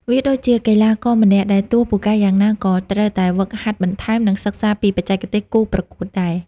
វាដូចជាកីឡាករម្នាក់ ដែលទោះពូកែយ៉ាងណាក៏ត្រូវតែហ្វឹកហាត់បន្ថែម និងសិក្សាពីបច្ចេកទេសគូប្រកួតដែរ។